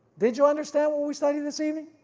did you understand what we studied this evening?